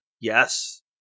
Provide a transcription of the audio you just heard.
Yes